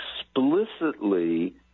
explicitly